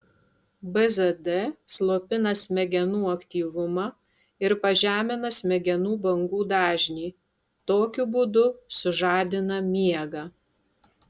bzd slopina smegenų aktyvumą ir pažemina smegenų bangų dažnį tokiu būdu sužadina miegą